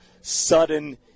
sudden